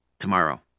tomorrow